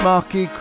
Marky